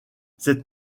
cette